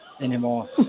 anymore